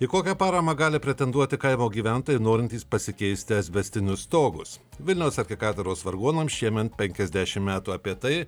į kokią paramą gali pretenduoti kaimo gyventojai norintys pasikeisti asbestinius stogus vilniaus arkikatedros vargonams šiemet penkiasdešim metų apie tai